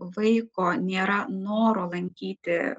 vaiko nėra noro lankyti